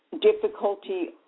difficulty